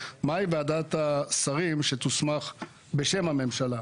מהי ועדת השרים שתוסמך בשם הממשלה.